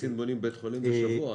בסין בונים בית חולים בשבוע.